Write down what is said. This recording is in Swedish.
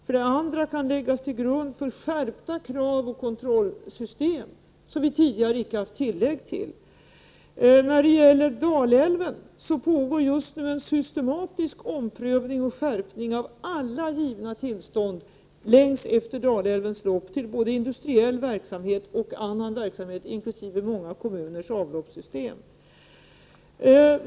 För det andra kan undersökningarna läggas till grund för skärpta krav och kontrollsystem, som vi tidigare inte har haft tillgång till. När det gäller Dalälven pågår just nu längs efter Dalälvens lopp en systematisk omprövning och skärpning av alla givna tillstånd till både industriell verksamhet och annan verksamhet, inkl. många kommuners avloppssystem.